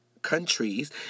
Countries